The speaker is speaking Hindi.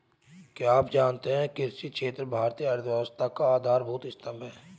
क्या आप जानते है कृषि क्षेत्र भारतीय अर्थव्यवस्था का आधारभूत स्तंभ है?